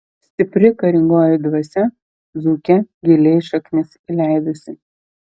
stipri karingoji dvasia dzūke giliai šaknis įleidusi